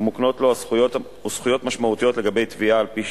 ומוקנות לו זכויות משמעותיות לגבי תביעה על-פי